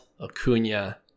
Acuna